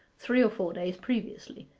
three or four days previously,